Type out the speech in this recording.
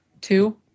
two